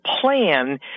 plan